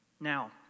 Now